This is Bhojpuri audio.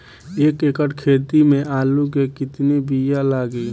एक एकड़ खेती में आलू के कितनी विया लागी?